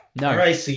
No